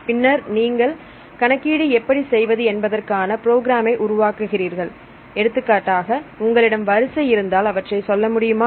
பின்னர் நீங்கள் கணக்கீடு எப்படி செய்வது என்பதற்கான புரோகிராமை உருவாக்குவீர்கள் எடுத்துக்காட்டாக உங்களிடம் வரிசை இருந்தால் அவற்றை சொல்ல முடியுமா